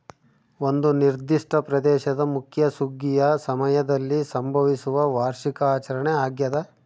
ಒಂದು ನಿರ್ದಿಷ್ಟ ಪ್ರದೇಶದ ಮುಖ್ಯ ಸುಗ್ಗಿಯ ಸಮಯದಲ್ಲಿ ಸಂಭವಿಸುವ ವಾರ್ಷಿಕ ಆಚರಣೆ ಆಗ್ಯಾದ